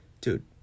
dude